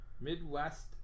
Midwest